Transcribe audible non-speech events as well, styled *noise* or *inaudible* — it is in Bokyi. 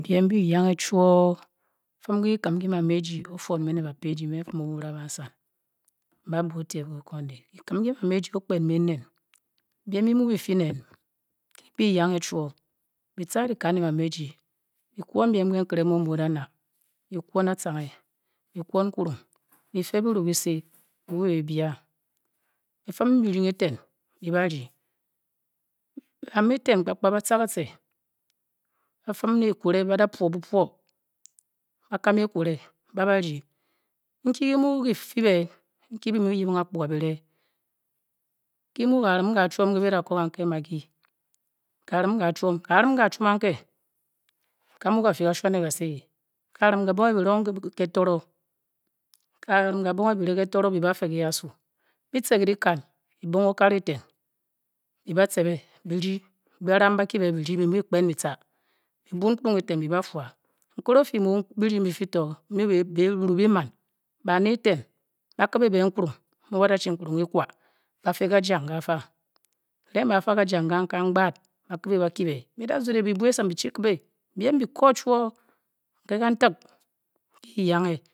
Bem be yankeh guor fem le etem nye mameji ofiam le pasoaja me fem omu le ba da *hesitation* meh mbe ote le okanday kakem nke mamaji opkel mo enen *hesitation* bem be mu be fe nen be yauk chor be tar letem ke maneji be con bem nbe be la nap be con a tang be con imkulung feir balow kan le babia *hesitation* be firm kelu ketar be ba Dee *hesitation* ama ete ba tar ka ter ba firm le akole baba pour ba kam a pole ba ba ker be inke ga mu ga fe be nte be mu yepong apkorka be le kemu ka lem fia chom bela ko kanke maggi ka lan ka chiom kakem ka chiom ma ke ka mu ka fa siong ka si ka lem bong bong e le toro be ba feli su gi ter letem be bong nkale ter ba be ba tepe be de be may pkan be ter *hesitation* nkele ofe mu be deng be fe tor nye belu be man ba ne teh ba kepo be inkolung imu ba la chi okeleng equa ba fe kachang ka fa *hesitation* inkele mba fa ka jang kakan ba kebi ba kar be dazolle be biasom ba chi Tubi bem nekor chior ke kan tep nke ga yankeh